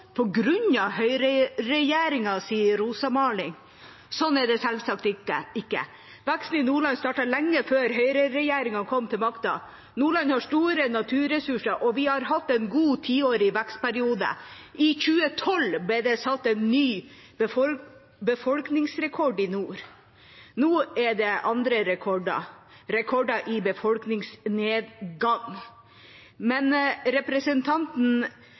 før høyreregjeringa kom til makta. Nordland har store naturressurser, og vi har hatt en god tiårig vekstperiode. I 2012 ble det satt ny befolkningsrekord i nord. Nå er det andre rekorder – rekorder i befolkningsnedgang. Representanten